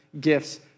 gifts